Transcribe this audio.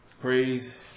Praise